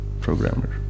programmer